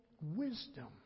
wisdom